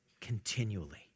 continually